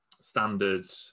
standard